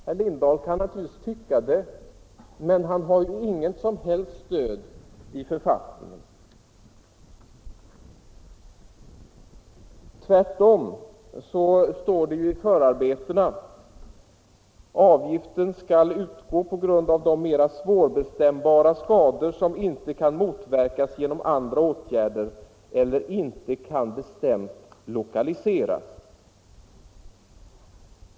Herr Lindahl kan naturligtvis tycka det, men han har inget stöd i författningen. Tvärtom står det i förarbetena att avgiften skall utgå på grund av de mera svårbestämbara skador som inte kan motverkas genom andra åtgärder eller inte kan bestämt lokaliseras.